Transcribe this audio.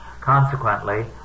Consequently